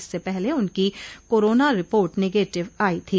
इससे पहले उनकी कोरोना रिपोर्ट निगेटिव आई थी